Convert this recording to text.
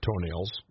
toenails